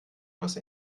los